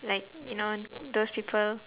like you know those people